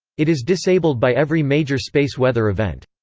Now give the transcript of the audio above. it is disabled by every major space weather event.